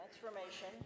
Transformation